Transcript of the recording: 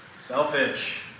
Selfish